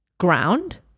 ground